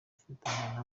ifatanyije